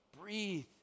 breathe